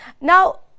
Now